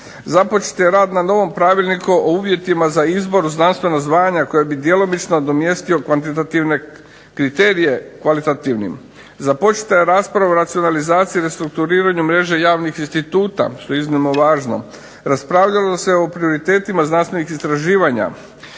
započet je rad na novom Pravilniku o uvjetima za izbor znanstvenog zvanja koji bi djelomično nadomjestio kvantitativne kriterije kvalitativnim. Započeta je rasprava o racionalizaciji i restrukturiranju mreže javnih instituta, što je iznimno važno. Raspravljalo se o prioritetima znanstvenih istraživanja.